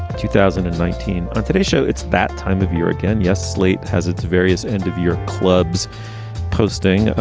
two thousand and nineteen. on today's show, it's that time of year again. yes, slate has its various end of year clubs posting.